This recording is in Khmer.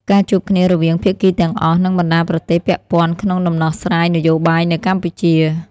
ការជួបគ្នារវាងភាគីទាំងអស់និងបណ្តាប្រទេសពាក់ព័ន្ធក្នុងដំណោះស្រាយ នយោបាយនៅកម្ពុជា។